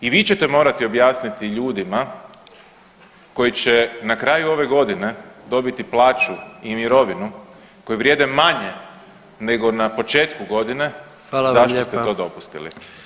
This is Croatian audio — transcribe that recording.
I vi ćete morati objasniti ljudima koji će na kraju ove godine dobiti plaću i mirovinu koji vrijede manje nego na početku godine zašto ste to dopustili.